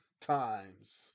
times